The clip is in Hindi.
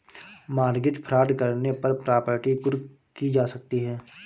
मॉर्गेज फ्रॉड करने पर प्रॉपर्टी कुर्क की जा सकती है